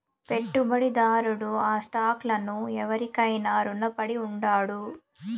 పెట్టుబడిదారుడు ఆ స్టాక్ లను ఎవురికైనా రునపడి ఉండాడు